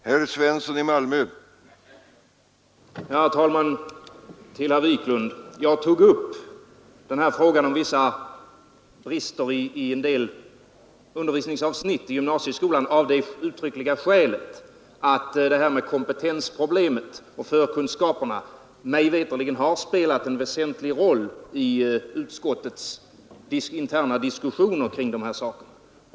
Herr talman! Jag tog upp vissa brister i en del undervisningsavsnitt i gymnasieskolan av det uttryckliga skälet, att kompetensproblemet och förkunskaperna mig veterligt har spelat en väsentlig roll i utskottets interna diskussioner kring dessa saker.